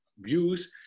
views